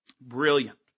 Brilliant